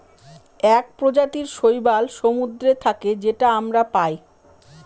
এক প্রজাতির শৈবাল সমুদ্রে থাকে যেটা আমরা পায়